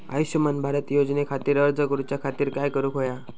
आयुष्यमान भारत योजने खातिर अर्ज करूच्या खातिर काय करुक होया?